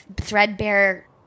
threadbare